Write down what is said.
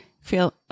feel